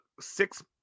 six